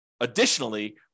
additionally